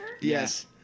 Yes